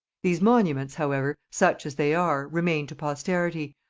these monuments however, such as they are, remain to posterity,